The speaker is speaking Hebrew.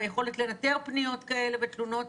ביכולת לנטר פניות ותלונות כאלה.